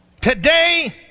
Today